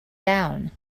down